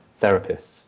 therapists